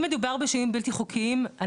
אם מדובר בשוהים בלתי חוקיים,